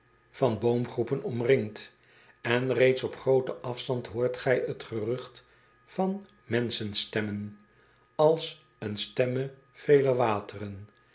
van boomgroepen omringd en reeds op grooten afstand hoort gij t gerucht van menschensternmen als een stemme veler wateren